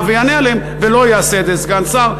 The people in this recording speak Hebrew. ויענה עליהן ולא יעשה את זה סגן שר,